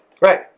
Right